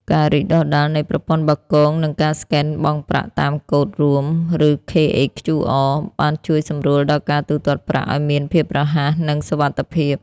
ការរីកដុះដាលនៃប្រព័ន្ធបាគង និងការស្កេនបង់ប្រាក់តាមកូដរួម ( ឬ KHQR) បានជួយសម្រួលដល់ការទូទាត់ប្រាក់ឱ្យមានភាពរហ័ស និងសុវត្ថិភាព។